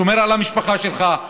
שומר על המשפחה שלך,